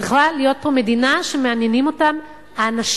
צריכה להיות פה מדינה שמעניינים אותה האנשים,